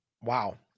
Wow